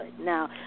Now